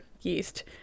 yeast